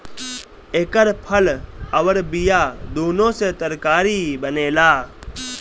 एकर फल अउर बिया दूनो से तरकारी बनेला